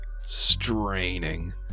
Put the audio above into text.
straining